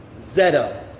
Zeta